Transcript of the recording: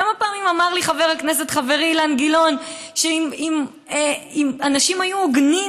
כמה פעמים אמר לי חבר הכנסת חברי אילן גילאון שאם אנשים היו הוגנים,